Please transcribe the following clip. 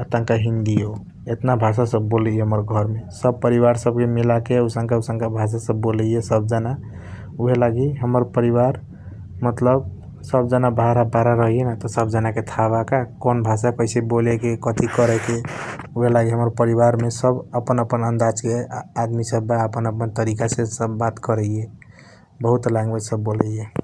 आ तन्का हिन्दी ओ येतना भासा सब बोलैये हमर घर मे सब परिवार सब के मिलाके औसन्का औसन्का भासा सब बोलैये सब जना उहे लागि हमर परिवार मतलब सब जना बाहारा बाहारा रहिए न त सब जना के ताह बा का कौन भासा कैसे बोलेके कैसे करेके उहे लागि हमर परिवार मे सब जना अपन अपन अन्दाज क बा अपन अपन तरिका से सब बात करैये । बहुत ल्याङ्युय्ज सब बोलैये ।